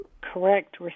correct